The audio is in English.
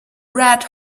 red